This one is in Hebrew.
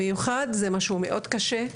המיוחד זה משהו מאוד קשה,